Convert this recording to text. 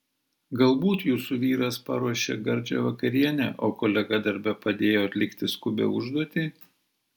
galbūt jūsų vyras paruošė gardžią vakarienę o kolega darbe padėjo atlikti skubią užduotį